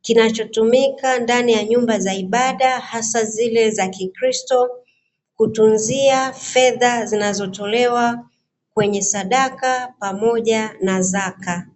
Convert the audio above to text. kinachotumika ndani ya nyumba za ibada hasa zile za kikristo, kutunzia fedha zinazotolewa kwenye sadaka pamoja na zaka.